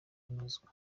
kunozwa